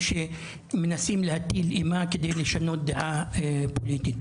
שמנסים להטיל אימה כדי לשנות דעה פוליטית,